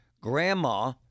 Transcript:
Grandma